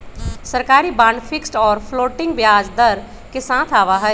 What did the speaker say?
सरकारी bond fixed और floating ब्याज दर के साथ आवा हई